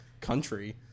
country